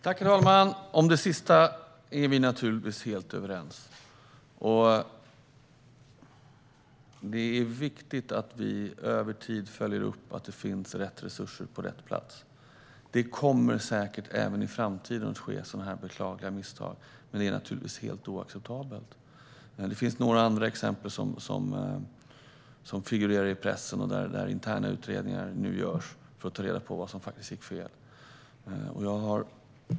Herr talman! Om det sista är vi naturligtvis helt överens. Det är viktigt att vi över tid följer upp och ser att det finns rätt resurser på rätt plats. Det kommer säkert även i framtiden att ske sådana här beklagliga misstag, men det är naturligtvis helt oacceptabelt. Det finns några andra exempel som figurerar i pressen, där interna utredningar nu görs för att man ska ta reda på vad som faktiskt gick fel.